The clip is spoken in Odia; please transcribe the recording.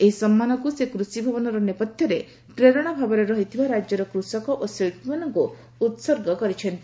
ଏହି ସମ୍ମାନକୁ ସେ କୃଷି ଭବନର ନେପଥ୍ୟରେ ପ୍ରେରଣା ଭାବରେ ରହିଥିବା ରାଜ୍ୟର କୃଷକ ଓ ଶିବ୍ବୀମାନଙ୍କୁ ଉହର୍ଗ କରିଛନ୍ତି